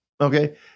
okay